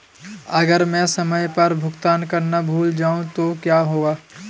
अगर मैं समय पर भुगतान करना भूल जाऊं तो क्या होगा?